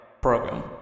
program